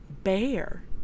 Bear